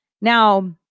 Now